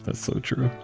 ah so true.